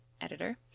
editor